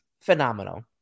phenomenal